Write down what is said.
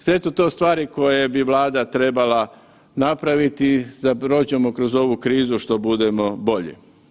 Sve su to stvari koje bi Vlada treba napraviti da prođemo kroz ovu krizu što budemo bolje.